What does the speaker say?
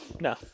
No